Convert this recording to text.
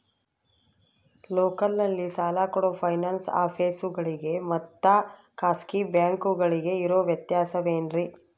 ಲೋಕಲ್ನಲ್ಲಿ ಸಾಲ ಕೊಡೋ ಫೈನಾನ್ಸ್ ಆಫೇಸುಗಳಿಗೆ ಮತ್ತಾ ಖಾಸಗಿ ಬ್ಯಾಂಕುಗಳಿಗೆ ಇರೋ ವ್ಯತ್ಯಾಸವೇನ್ರಿ?